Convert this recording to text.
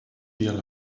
deal